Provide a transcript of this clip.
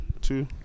two